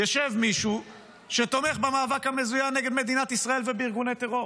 ישב מישהו שתומך במאבק המזוין נגד מדינת ישראל ובארגוני טרור.